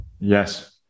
Yes